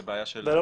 זאת לא בעיה שלך.